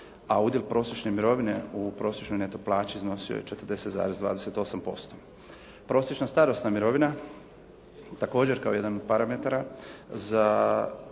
a udjel prosječne mirovine u prosječnoj neto plaći iznosio je 40,28%. Prosječna starosna mirovina, također kao jedan od parametara,